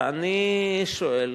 ואני שואל: